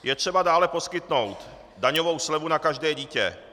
Je třeba dále poskytnout daňovou slevu na každé dítě.